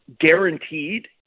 guaranteed